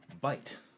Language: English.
bite